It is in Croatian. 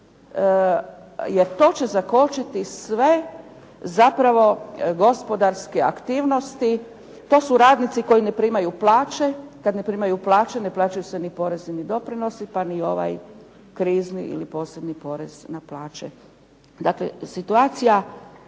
jer to će zakočiti sve zapravo gospodarske aktivnosti. To su radnici koji ne primaju plaće, kad ne primaju plaće ne plaćaju se ni porezi ni doprinosi, pa ni ovaj krizni ili posebni porez na plaće. Dakle situacija